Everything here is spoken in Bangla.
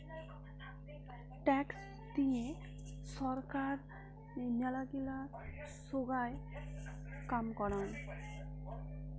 ট্যাক্স দিয়ে ছরকার মেলাগিলা সোগায় কাম করাং